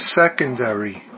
secondary